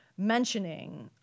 mentioning